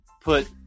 put